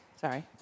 Sorry